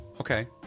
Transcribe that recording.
Okay